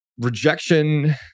Rejection